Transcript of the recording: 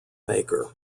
maker